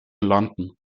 london